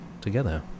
together